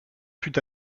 fut